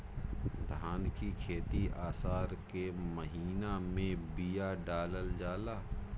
धान की खेती आसार के महीना में बिया डालल जाला?